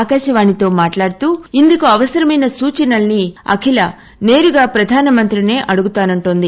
ఆకాశవాణితో మాట్లాడుతూ ఇందుకు అవసరమైన సూచనలను అఖిల నేరుగా ప్రధాన మంత్రిని అడుగుతానంటోంది